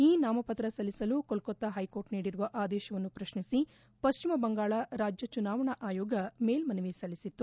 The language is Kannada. ಇ ನಾಮಪತ್ರ ಸಲ್ಲಿಸಲು ಕೋಲ್ಕತಾ ಕೈ ಕೋರ್ಟ್ ನೀಡಿರುವ ಆದೇಶವನ್ನು ಪ್ರಶ್ನಿಸಿ ಪಶ್ವಿಮ ಬಂಗಾಳ ರಾಜ್ಯ ಚುನಾವಣೆ ಆಯೋಗ ಮೇಲ್ಮನವಿ ಸಲ್ಲಿಸಿತ್ತು